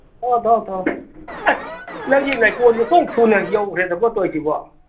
ꯊꯧꯔꯣ ꯊꯧꯔꯣ ꯊꯧꯔꯣ ꯑꯁ ꯅꯪꯒꯤ ꯂꯩꯀꯣꯟꯁꯦ ꯑꯣꯟꯊꯣꯛ ꯊꯨꯅ ꯌꯧꯒ꯭ꯔꯦꯗꯀꯣ ꯇꯧꯁꯤꯕꯣ